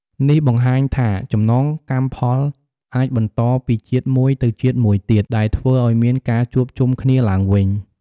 នេះបង្ហាញថាចំណងកម្មផលអាចបន្តពីជាតិមួយទៅជាតិមួយទៀត ដែលធ្វើឱ្យមានការជួបជុំគ្នាឡើងវិញ។